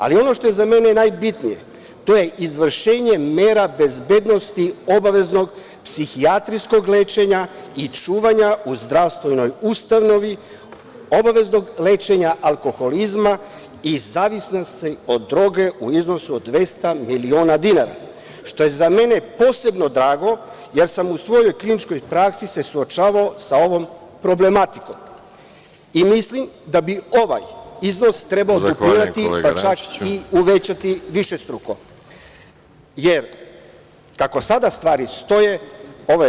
Ali ono što je za mene najbitnije, to je izvršenje mera bezbednosti obaveznog psihijatrijskog lečenja i čuvanja u zdravstvenoj ustanovi, obaveznog lečenja alkoholizma i zavisnosti od droge u iznosu od 200.000.000 dinara, što je za mene posebno drago, jer sam se u svojoj kliničkoj praksi suočavao sa ovom problematikom i mislim da bi ovaj iznos trebalo duplirati, pa čak i uvećati višestruko, jer, kako sada stvari stoje, ovaj…